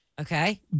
Okay